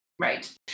Right